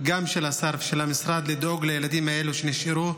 השר ושל המשרד, לדאוג לילדים האלה שנשארו